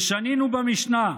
ושנינו במשנה: